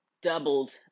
doubled